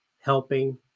helping